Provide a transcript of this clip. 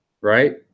Right